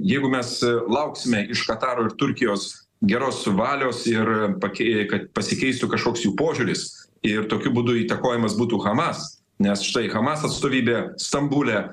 jeigu mes lauksime iš kataro ir turkijos geros valios ir pakė kad pasikeistų kažkoks jų požiūris ir tokiu būdu įtakojamas būtų hamas nes štai hamas atstovybė stambule